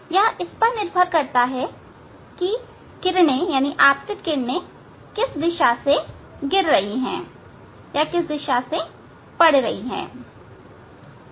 यह इस पर निर्भर करता है की किरणें किस दिशा से गिर रही है या पड़ रही हैं